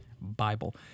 Bible